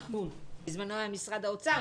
בזמנו היה משרד האוצר,